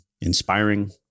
inspiring